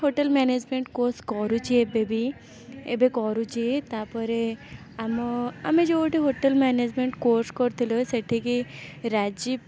hotel management course କରୁଛି ଏବେବି ଏବେ କରୁଛି ତା'ପରେ ଆମ ଆମେ ଯେଉଁଠି ହୋଟେଲ୍ ମ୍ୟାନେଜମେଣ୍ଟ୍ କୋର୍ସ୍ କରିଥିଲୁ ସେଠିକି ରାଜୀବ